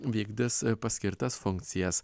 vykdys paskirtas funkcijas